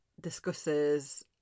discusses